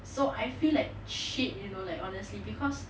so I feel like shit you know like honestly because